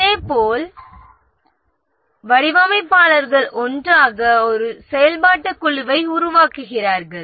இதேபோல் வடிவமைப்பாளர்கள் ஒன்றாக ஒரு செயல்பாட்டுக் குழுவை உருவாக்குகிறார்கள்